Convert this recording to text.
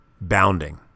bounding